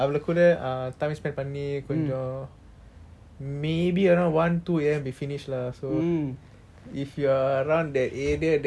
maybe around one two A_M we finished lah so if you are around that area that late you let me know lah I can come and pick you up